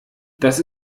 das